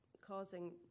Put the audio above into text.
causing